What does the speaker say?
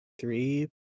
three